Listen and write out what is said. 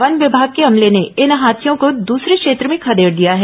one विभाग के अमले ने इन हाथियों को दूसरे क्षेत्र में खदेड़ दिया है